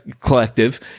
Collective